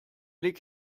blick